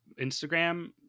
Instagram